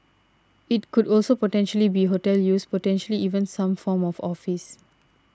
it could also potentially be hotel use potentially even some form of office